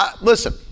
Listen